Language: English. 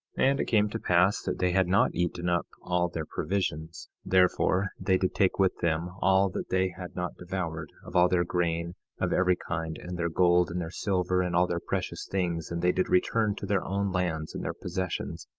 and it came to pass that they had not eaten up all their provisions therefore they did take with them all that they had not devoured, of all their grain of every kind, and their gold, and their silver, and all their precious things, and they did return to their own lands and their possessions,